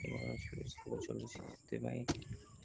ସବୁ ଚାଲୁଛି ସେଥିପାଇଁ